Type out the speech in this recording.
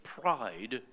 pride